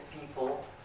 people